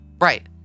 right